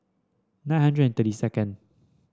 nine hundred and thirty second